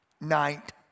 night